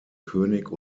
könig